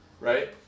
Right